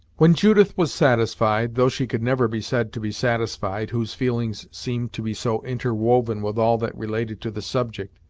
when judith was satisfied though she could never be said to be satisfied, whose feelings seemed to be so interwoven with all that related to the subject,